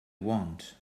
want